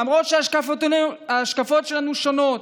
למרות שההשקפות שלנו שונות,